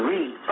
Read